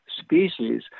species